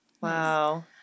Wow